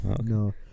No